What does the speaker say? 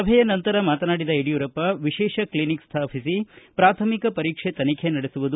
ಸಭೆಯ ನಂತರ ಮಾತನಾಡಿದ ಯಡಿಯೂರಪ್ಪ ವಿಶೇಷ ಕ್ಷಿನಿಕ್ ಸ್ಥಾಪಿಸಿ ಪ್ರಾಥಮಿಕ ಪರೀಕ್ಷೆ ತನಿಖೆ ನಡೆಸುವುದು